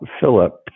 Philip